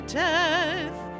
death